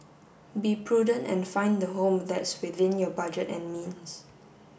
be prudent and find a home that's within your budget and means